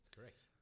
Correct